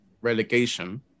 relegation